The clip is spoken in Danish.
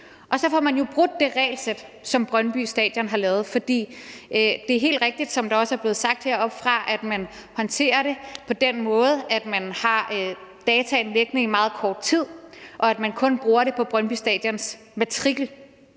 Så får man jo brudt det regelsæt, som Brøndby Stadion har lavet. For det er helt rigtigt, som det også er blevet sagt heroppefra, at man håndterer det på den måde, at man har dataene liggende i meget kort tid, og at man kun bruger dem på Brøndby Stadions matrikel.